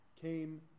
came